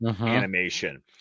animation